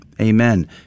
Amen